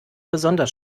besonders